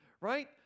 right